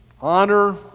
honor